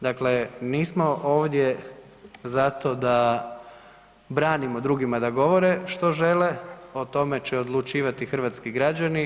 Dakle, nismo ovdje zato da branimo drugima da govore što žele, o tome će odlučivati hrvatski građani.